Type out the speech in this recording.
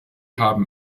haben